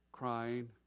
crying